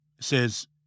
says